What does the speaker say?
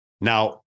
Now